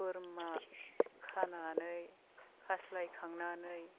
बोरमा खानानै खास्लायखांनानै